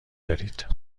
دارید